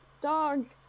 Dog